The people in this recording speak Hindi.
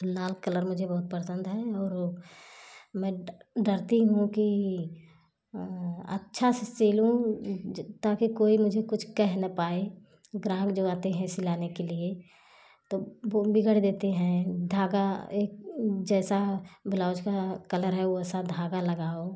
लाल कलर मुझे बहुत पसंद है और ओ मैं डरती हूँ कि अच्छा से सिलूँ ज ताकि मुझे कोई कुछ कह ना पाए ग्राहक जो आते हैं सिलाने के लिए तो फोन भी कर देते हैं धागा एक जैसा ब्लाउज का कलर है वैसा धागा लगाओ